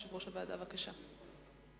בבקשה.